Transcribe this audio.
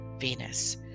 Venus